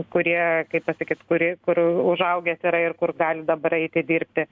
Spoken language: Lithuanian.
kurie kaip pasakyt kuri kur užaugęs yra ir kur gali dabar eiti dirbti